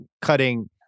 cutting